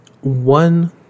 one